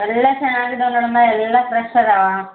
ಎಲ್ಲ ಚೆನ್ನಾಗಿದಾವೆ ನೋಡಮ್ಮ ಎಲ್ಲ ಫ್ರೆಶ್ ಅದಾವೆ